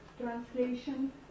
translation